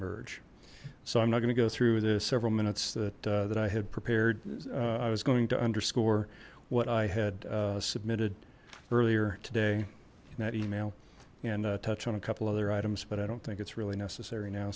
converge so i'm not going to go through the several minutes that that i had prepared i was going to underscore what i had submitted earlier today in that email and touched on a couple other items but i don't think it's really necessary now